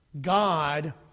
God